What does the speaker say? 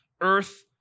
earth